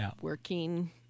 working